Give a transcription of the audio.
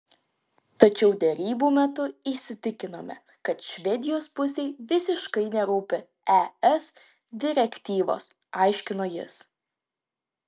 tačiau derybų metu įsitikinome kad švedijos pusei visiškai nerūpi es direktyvos aiškino jis